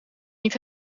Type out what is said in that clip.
niet